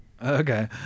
okay